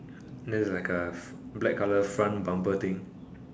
look like a black color front bumper thing